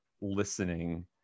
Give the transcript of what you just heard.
listening